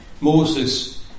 Moses